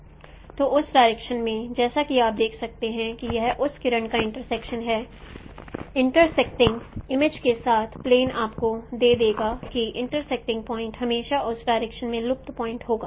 तो उस डायरेक्शन में जैसा कि आप देख सकते हैं कि यह उस किरण का इंटर्सेक्शन है रेस्पेक्टिंग इमेज के साथ प्लेन आपको दे देगा कि इंटरसेप्टिंग पॉइंट हमेशा उस डायरेक्शन में लुप्त पॉइंट होगा